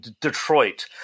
Detroit